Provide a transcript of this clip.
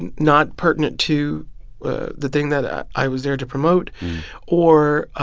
and not pertinent to the thing that i i was there to promote or